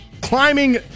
climbing